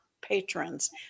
Patrons